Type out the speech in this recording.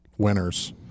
winners